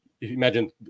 imagine